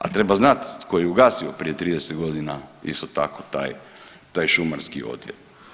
A treba znati tko je ugasio prije 30 godina isto tako taj šumarski odjel.